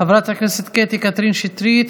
חברת הכנסת קטי קטרין שטרית.